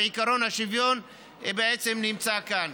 ועקרון השוויון נמצא כאן.